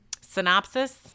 synopsis